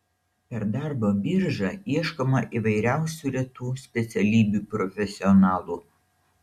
per darbo biržą ieškoma įvairiausių retų specialybių profesionalų